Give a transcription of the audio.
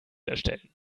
erstellen